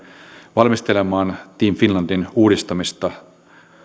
valmistelemaan team finlandin uudistamista